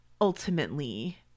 ultimately